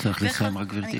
רק צריך לסיים, גברתי.